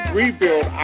rebuild